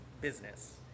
business